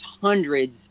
hundreds